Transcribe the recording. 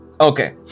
Okay